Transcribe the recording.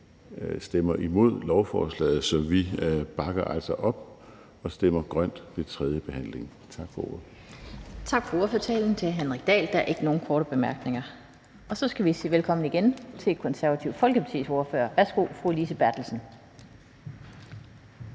stemmer imod lovforslaget. Så vi bakker altså op og stemmer grønt ved tredjebehandlingen. Tak for ordet. Kl. 15:15 Den fg. formand (Annette Lind): Tak for ordførertalen til hr. Henrik Dahl. Der er ikke nogen korte bemærkninger. Og så skal vi igen sige velkommen til Det Konservative Folkepartis ordfører. Værsgo, fru Lise Bertelsen.